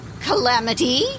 Calamity